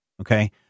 Okay